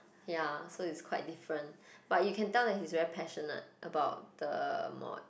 ya so it's quite different but you can tell that he's very passionate about the mod